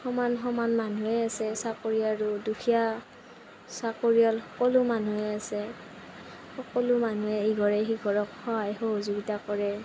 সমান সমান মানুহেই আছে চাকৰি আৰু দুখীয়া চাকৰিয়াল সকলো মানুহেই আছে সকলো মানুহে ইঘৰে সিঘৰক সহায় সহযোগিতা কৰে